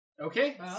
Okay